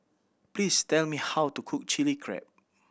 please tell me how to cook Chili Crab